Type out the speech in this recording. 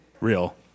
Real